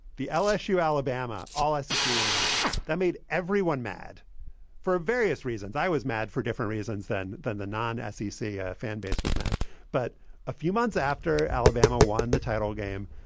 the lsu, alabama all scc rematch that made everyone mad for various reasons. i was mad for different reasons than than the non scca ah fan base was mad but a few months after alabama won the title game,